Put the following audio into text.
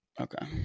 Okay